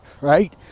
right